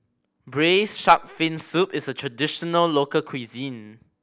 braise shark fin soup is a traditional local cuisine